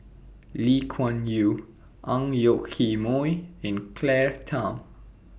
Lee Kuan Yew Ang Yoke Mooi and Claire Tham